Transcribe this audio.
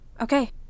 Okay